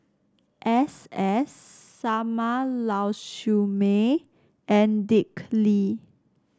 S S Sarma Lau Siew Mei and Dick Lee